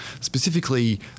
Specifically